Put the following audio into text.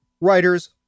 writers